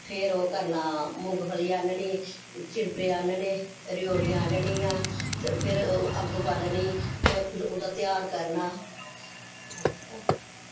ते फिर ओह् करना मुंगफली आह्ननी चिड़वे आह्नने रयोड़ियां आह्ननियां ते फिर ओह् अग्ग बालनी ते फिर ओह्दा तेहार करना